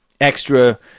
extra